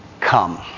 come